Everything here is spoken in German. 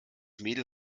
mädel